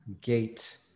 gate